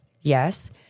Yes